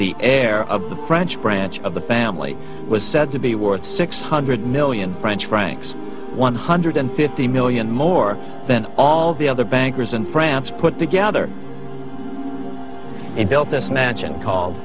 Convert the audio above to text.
the heir of the french branch of the family was said to be worth six hundred million french francs one hundred fifty million more than all the other bankers in france put together and built this mansion called